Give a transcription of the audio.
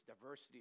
diversity